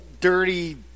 dirty